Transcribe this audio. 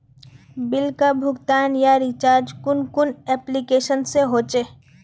Bill का भुगतान या रिचार्ज कुन कुन एप्लिकेशन से होचे?